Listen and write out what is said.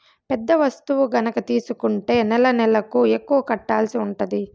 పెద్ద వస్తువు గనక తీసుకుంటే నెలనెలకు ఎక్కువ కట్టాల్సి ఉంటది